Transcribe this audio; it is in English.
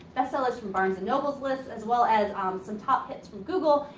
best sellers from barnes and noble's list, as well as um some top picks from google,